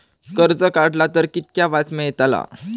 कर्ज काडला तर कीतक्या व्याज मेळतला?